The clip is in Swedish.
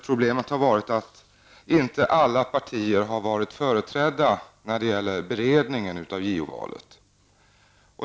Problemet har varit att inte alla partier har varit företrädda i beredningen av JO-val.